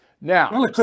Now